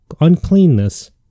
uncleanness